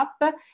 up